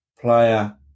player